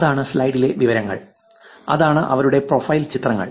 അതാണ് സ്ലൈഡിലെ വിവരങ്ങൾ അതാണ് അവരുടെ പ്രൊഫൈൽ ചിത്രങ്ങൾ